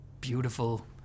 beautiful